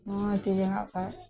ᱱᱚᱣᱟᱭ ᱛᱤ ᱡᱟᱸᱜᱟᱣᱟᱜ ᱠᱷᱟᱡ